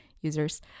users